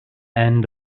end